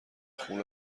خون